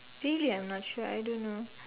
really I'm not sure I don't know